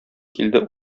килде